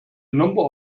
number